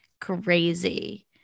crazy